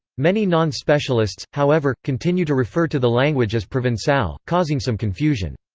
many non-specialists, however, continue to refer to the language as provencal, causing some confusion.